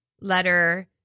letter